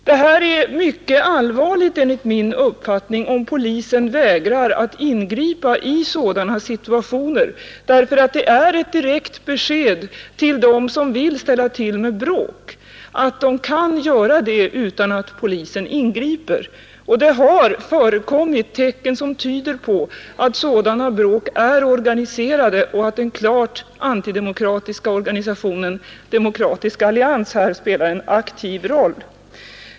Det är mycket allvarligt enligt min mening om polisen vägrar ingripa i sådana situationer. Det måste nämligen uppfattas som ett direkt besked till dem som vill ställa till med bråk, att de kan göra det utan att polisen ingriper. Det har förekommit tecken som tyder på att sådana bråk är organiserade och att den klart antidemokratiska organisationen Demokratisk allians här spelar en aktiv roll.